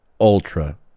ultra